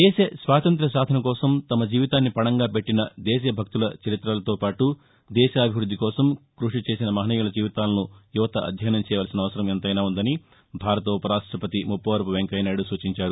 దేశ స్వాతంత్ర్య సాధన కోసం తమ జీవితాన్ని పణంగా పెట్టిన దేశభక్తుల చరిత్రలతో పాటు దేశాభివృద్ది కోసం కృషి చేసిన మహనీయుల జీవితాలను యువత అధ్యయసం చేయవలసిన అవసరం ఎంతైనా ఉందని భారత ఉపరాష్టపతి ముప్పవరపు వెంకయ్యనాయుడు సూచించారు